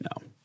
No